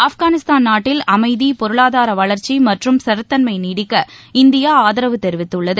ஆப்கானிஸ்தான் நாட்டில் அமைதி பொருளாதார வளர்ச்சி மற்றும் ஸ்திரத்தன்மை நீடிக்க இந்தியா ஆதரவு தெரிவித்துள்ளது